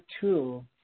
two